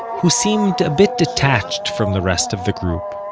who seemed a bit detached from the rest of the group.